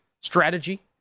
strategy